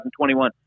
2021